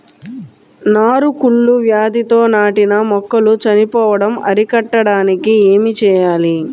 నారు కుళ్ళు వ్యాధితో నాటిన మొక్కలు చనిపోవడం అరికట్టడానికి ఏమి చేయాలి?